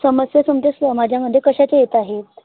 समस्या तुमच्या समाजामध्ये कशाच्या येत आहेत